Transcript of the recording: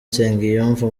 nsengiyumva